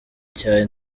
cya